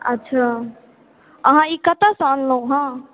अच्छा अहाँ ई कतऽ से अनलहुॅं हँ